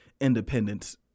independence